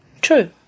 true